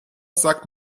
sagt